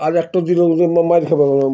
আর একটা দিন